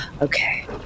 okay